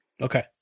Okay